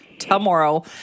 Tomorrow